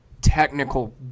technical